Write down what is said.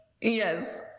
yes